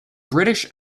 british